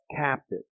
captive